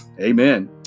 Amen